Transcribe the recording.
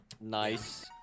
Nice